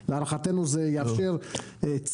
זו מערכת בלמים ואיזונים; אנחנו מפקחים